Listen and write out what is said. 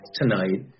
tonight